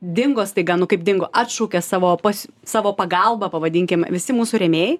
dingo staiga nu kaip dingo atšaukė savo pas savo pagalbą pavadinkim visi mūsų rėmėjai